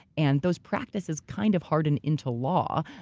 and those practices kind of harden into law,